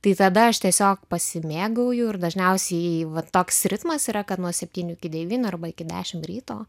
tai tada aš tiesiog pasimėgauju ir dažniausiai va toks ritmas yra kad nuo septynių iki devynių arba iki dešimt ryto